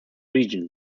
region